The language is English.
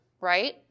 Right